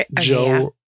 joe